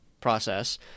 process